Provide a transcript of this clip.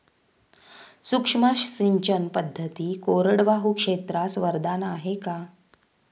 सूक्ष्म सिंचन पद्धती कोरडवाहू क्षेत्रास वरदान आहे का?